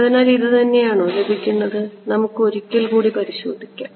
അതിനാൽ ഇത് തന്നെയാണോ ലഭിക്കുന്നത് എന്ന് നമുക്ക് ഒരിക്കൽ കൂടി പരിശോധിക്കാം